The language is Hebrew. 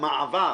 במעבר